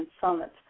summits